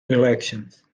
elections